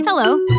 Hello